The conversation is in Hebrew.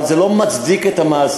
אבל זה לא מצדיק את המעשים.